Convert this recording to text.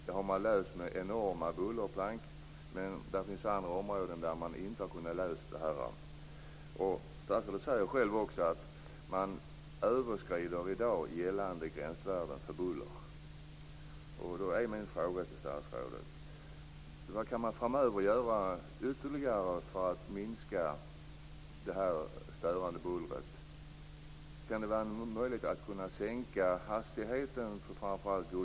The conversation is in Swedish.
Det har man löst med enorma bullerplank. Men det finns andra områden där detta inte har kunnat lösas. Statsrådet säger själv också att man i dag överskrider gällande gränsvärden för buller. Enligt de senaste planerna från Banverket prioriterar man inte Västkustbanan.